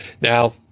Now